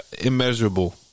Immeasurable